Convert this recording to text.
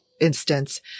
instance